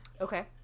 Okay